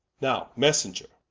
now messenger,